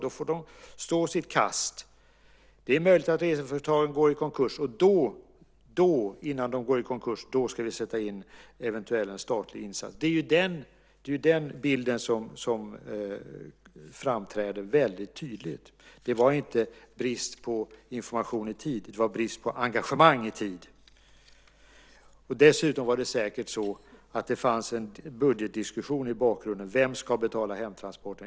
Då får de stå sitt kast. Det är möjligt att reseföretagen går i konkurs, och då, innan de går i konkurs, ska vi sätta in en eventuell statlig insats. Det är den bilden som framträder väldigt tydligt. Det var inte brist på information i tid. Det var brist på engagemang i tid. Dessutom fanns det säkert en budgetdiskussion i bakgrunden: Vem ska betala hemtransport?